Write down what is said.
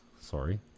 Sorry